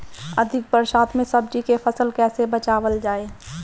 अधिक बरसात में सब्जी के फसल कैसे बचावल जाय?